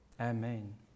Amen